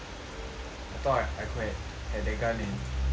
I thought I could have had that guy man